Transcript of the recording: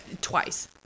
Twice